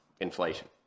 inflation